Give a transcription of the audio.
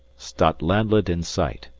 statlandlet in sight,